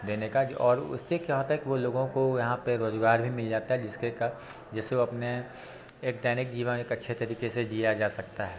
देने का जो और उससे क्या होता है कि वो लोगों को यहाँ पे रोज़गार भी मिल जाता है जिसके का जिससे वो अपने एक दैनिक जीवन एक अच्छे तरीके से जिया जा सकता है